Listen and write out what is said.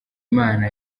imana